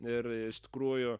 ir iš tikrųjų